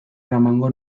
eramango